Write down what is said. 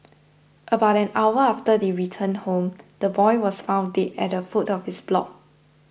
about an hour after they returned home the boy was found dead at the foot of his block